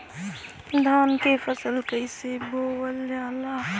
धान क फसल कईसे बोवल जाला?